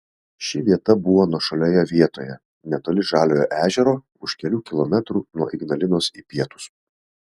ši vieta buvo nuošalioje vietoje netoli žaliojo ežero už kelių kilometrų nuo ignalinos į pietus